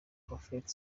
prophet